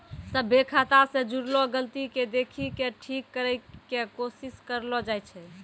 सभ्भे खाता से जुड़लो गलती के देखि के ठीक करै के कोशिश करलो जाय छै